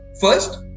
First